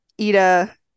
Ida